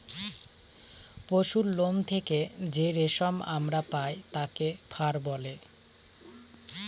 পশুরলোম থেকে যে রেশম আমরা পায় তাকে ফার বলে